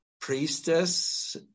priestess